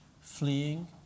fleeing